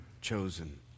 chosen